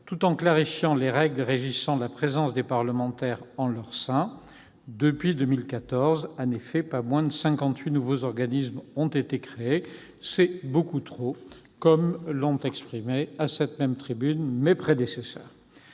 tout en clarifiant les règles régissant la présence des parlementaires en leur sein. Depuis 2014, en effet, pas moins de 58 nouveaux organismes ont été créés. C'est beaucoup trop, comme l'ont souligné les orateurs précédents.